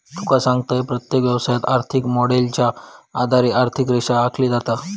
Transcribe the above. तुका सांगतंय, प्रत्येक व्यवसायात, आर्थिक मॉडेलच्या आधारे आर्थिक रेषा आखली जाता